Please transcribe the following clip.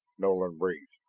nolan breathed.